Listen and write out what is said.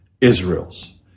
israel's